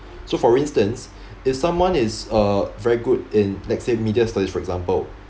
so for instance if someone is uh very good in let's say media studies for example